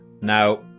now